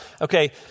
Okay